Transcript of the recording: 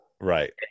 Right